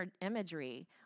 imagery